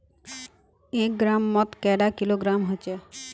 एक ग्राम मौत कैडा किलोग्राम होचे?